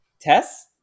Tess